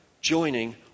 joining